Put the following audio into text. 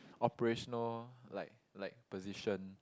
operational like like position